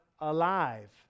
alive